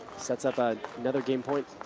sets up ah another game point.